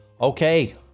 Okay